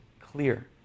clear